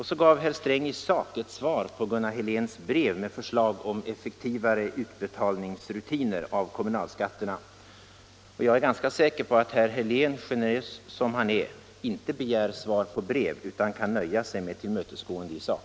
Så gav herr Sträng i sak ett svar på Gunnar Heléns brev med förslag om effektivare utbetalningsrutiner beträffande kommunalskatterna. Jag är ganska säker på att herr Helén, generös som han är, inte begär svar på brev utan kan nöja sig med tillmötesgående i sak.